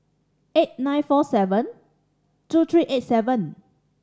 eight nine four seven two three eight seven